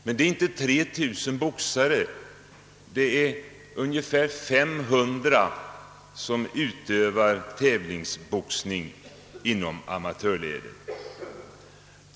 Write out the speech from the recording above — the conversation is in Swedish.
Men det är inte 3 000 boxare, utan det är ungefär 500 som utövar tävlingsboxning inom amatörleden.